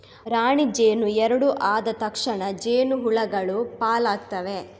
ರಾಣಿ ಜೇನು ಎರಡು ಆದ ತಕ್ಷಣ ಜೇನು ಹುಳಗಳು ಪಾಲಾಗ್ತವೆ